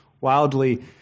wildly